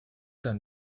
dann